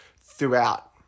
throughout